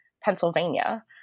Pennsylvania